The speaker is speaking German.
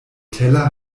teller